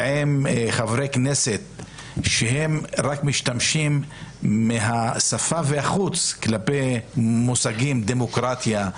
עם חברי כנסת שרק משתמשים מהשפה ולחוץ כלפי המושגים דמוקרטיה,